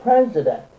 President